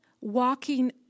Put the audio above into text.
walking